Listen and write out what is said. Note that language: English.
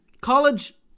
college